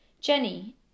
Jenny